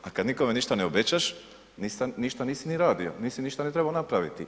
A kad nikome ništa ne obećaš, ništa nisi ni radio, nisi ništa ni trebao napraviti.